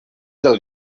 del